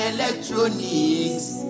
Electronics